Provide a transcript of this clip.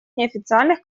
неофициальных